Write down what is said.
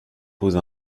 pose